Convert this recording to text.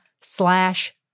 slash